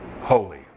holy